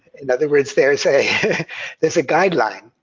in other words, there is a is a guideline.